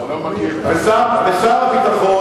שר הביטחון